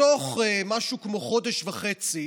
בתוך משהו כמו חודש וחצי